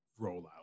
rollout